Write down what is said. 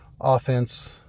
offense